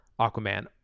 Aquaman